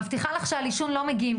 אני מבטיחה לך שעל עישון לא מגיעים,